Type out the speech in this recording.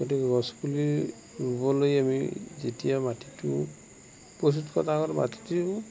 গতিকে গছপুলি ৰুবলৈ আমি যেতিয়া মাটিটো প্ৰস্তুত কৰা মাটিটো